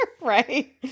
Right